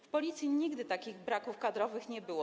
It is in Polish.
W Policji nigdy takich braków kadrowych nie było.